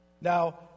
Now